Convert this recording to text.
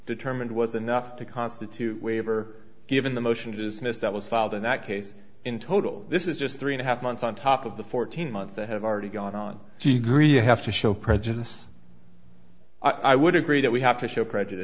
determined was enough to constitute a waiver given the motion to dismiss that was filed in that case in total this is just three and a half months on top of the fourteen months that have already gone on to agree you have to show prejudice i would agree that we have to show prejudice